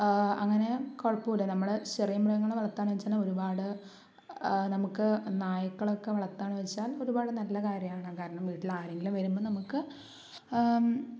അങ്ങനെ കുഴപ്പമില്ല നമ്മൾ ചെറിയ മൃഗങ്ങളെ വളർത്തുകയാണ് വെച്ചാൽ ഒരുപാട് നമുക്ക് നായ്ക്കളൊക്കെ വളർത്തുകയാണ് വെച്ചാൽ ഒരുപാട് നല്ല കാര്യമാണ് കാരണം വീട്ടിലാരെങ്കിലും വരുമ്പോൾ നമുക്ക്